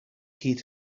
heed